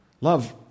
Love